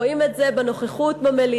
רואים את זה בנוכחות במליאה.